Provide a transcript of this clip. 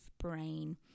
brain